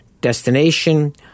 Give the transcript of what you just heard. Destination